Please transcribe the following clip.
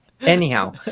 anyhow